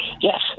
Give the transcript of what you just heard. Yes